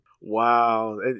Wow